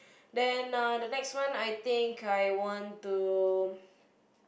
then uh the next one I think I want to